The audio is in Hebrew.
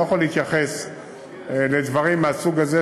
אני לא יכול להתייחס לדברים מהסוג הזה,